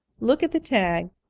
look at the tag.